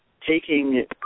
taking